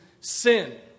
sin